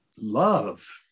Love